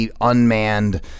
unmanned